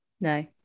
no